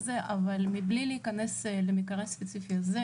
גם הם פגועים בסוג של ציניזם וסטיגמות שליליות,